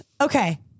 Okay